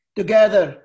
together